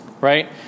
right